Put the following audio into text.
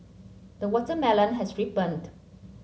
the watermelon has ripened